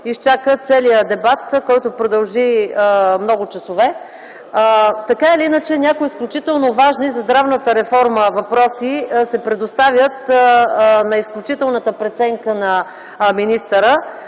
изчака целия дебат, който продължи много часове. Някои изключително важни за здравната реформа въпроси се предоставят на изключителна компетенция на министъра.